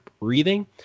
breathing